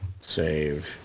Save